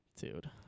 Dude